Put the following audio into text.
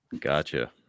Gotcha